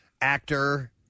actor